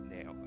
Now